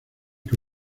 que